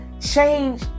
Change